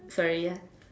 sorry ya